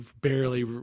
barely